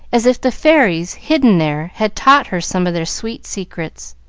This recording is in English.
as if the fairies hidden there had taught her some of their sweet secrets.